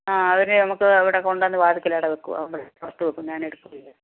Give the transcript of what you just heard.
ആ അവർ നമുക്ക് ഇവിടെ കൊണ്ടുവന്നു വാതിൽക്കൽ അവിടെ വെയ്ക്കും പുറത്തു വെയ്ക്കും ഞാൻ എടുക്കും